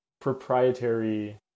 proprietary